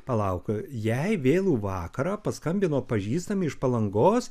palauk jai vėlų vakarą paskambino pažįstami iš palangos